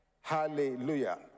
Hallelujah